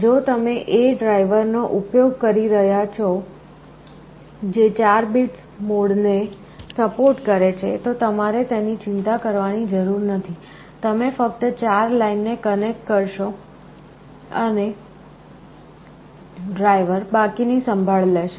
જો તમે એ ડ્રાઇવર નો ઉપયોગ કરી રહ્યા છો જે 4 બીટ્સ મોડ ને સપોર્ટ કરે છે તો તમારે તેની ચિંતા કરવાની જરૂર નથી તમે ફક્ત 4 લાઇન ને કનેક્ટ કરશો અને ડ્રાઇવર બાકી ની સંભાળ લેશે